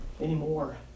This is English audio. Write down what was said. anymore